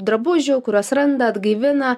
drabužių kuriuos randa atgaivina